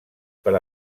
per